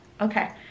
Okay